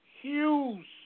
Hughes